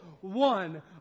one